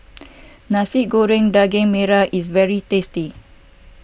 Nasi Goreng Daging Merah is very tasty